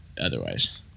otherwise